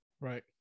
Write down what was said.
Right